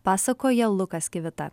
pasakoja lukas kivitą